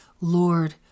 Lord